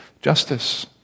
justice